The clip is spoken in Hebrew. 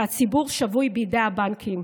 והציבור שבוי בידי הבנקים,